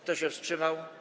Kto się wstrzymał?